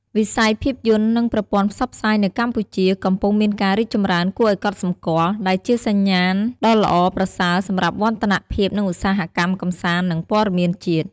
វិស័យភាពយន្ត និងប្រព័ន្ធផ្សព្វផ្សាយនៅកម្ពុជា កំពុងមានការរីកចម្រើនគួរឱ្យកត់សម្គាល់ ដែលជាសញ្ញាណដ៏ល្អប្រសើរសម្រាប់វឌ្ឍនភាពនៃឧស្សាហកម្មកម្សាន្ត និងព័ត៌មានជាតិ។